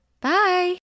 Bye